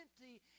empty